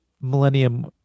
millennium